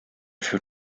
für